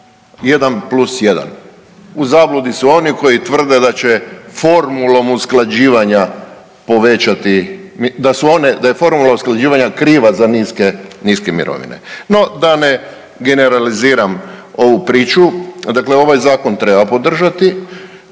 plus jedan. U zabludi su oni koji tvrde da će formulom usklađivanja povećati, da su one, da je formula usklađivanja kriva za niske, niske mirovine. No, da ne generaliziram ovu priču. Dakle, ovaj zakon treba podržati.